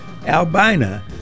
albina